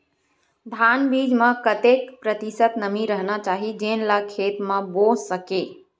धान बीज म कतेक प्रतिशत नमी रहना चाही जेन ला खेत म बो सके?